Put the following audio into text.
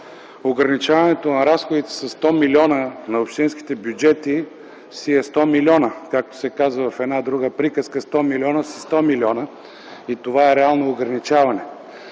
ограничаването на разходите със 100 милиона на общинските бюджети си е 100 милиона. Както се казва в една друга приказка: „Сто милиона са си сто милиона.” и това е реално ограничаване.